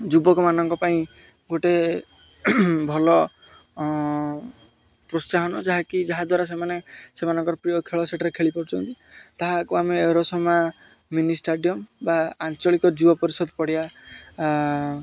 ଯୁବକମାନଙ୍କ ପାଇଁ ଗୋଟେ ଭଲ ପ୍ରୋତ୍ସାହନ ଯାହାକି ଯାହା ଦ୍ୱାରା ସେମାନେ ସେମାନଙ୍କର ପ୍ରିୟ ଖେଳ ସେଠାରେ ଖେଳିପାରୁଛନ୍ତି ତାହାକୁ ଆମେ ଏରମମା ମିନି ଷ୍ଟାଡ଼ିୟମ୍ ବା ଆଞ୍ଚଳିକ ଯୁବ ପରିଷଦ ପଡ଼ିଆ